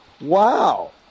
Wow